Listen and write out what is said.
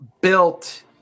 built